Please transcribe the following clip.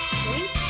sweet